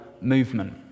movement